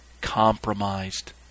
compromised